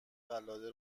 قلاده